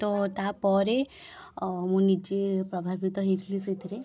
ତ ତା'ପରେ ମୁଁ ନିଜେ ପ୍ରଭାବିତ ହେଇଥିଲି ସେଇଥିରେ